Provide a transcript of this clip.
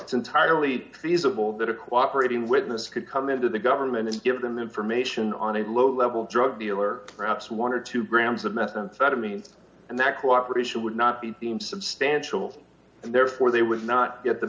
it's entirely feasible that a cooperate in witness could come into the government is give them the information on a low level drug dealer perhaps one or two grams of methamphetamines and that cooperation would not be theme substantial and therefore they would not get the